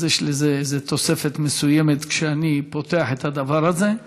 אז יש לזה איזה תוספת מסוימת כשאני פותח את הדבר הזה.